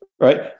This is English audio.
right